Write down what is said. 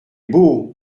beau